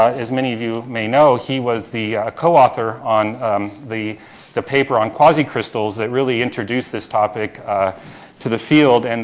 as many of you may know, he was the coauthor on the the paper on quasicrystals that really introduced this topic to the field, and